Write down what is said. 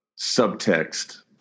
subtext